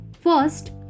First